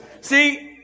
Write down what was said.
See